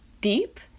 deep